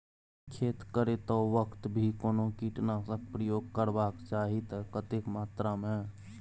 की खेत करैतो वक्त भी कोनो कीटनासक प्रयोग करबाक चाही त कतेक मात्रा में?